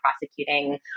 prosecuting